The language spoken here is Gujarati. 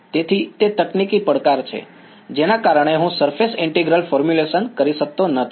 તેથી તે તકનીકી પડકાર છે જેના કારણે હું સરફેસ ઇન્ટિગ્રલ ફોર્મ્યુલેશન કરી શકતો નથી